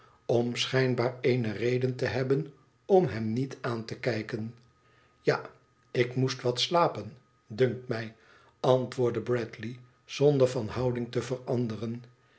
schijnbaar eene reden te hebben om hem niet aan te kijken fja ik moest wat slapen dunkt mij antwoordde bradley zonder van houding te veranderen